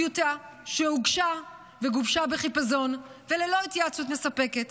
טיוטה שהוגשה וגובשה בחיפזון וללא התייעצות מספקת.